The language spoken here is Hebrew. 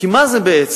כי מה זה בעצם?